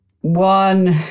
One